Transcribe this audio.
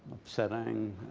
upsetting